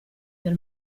del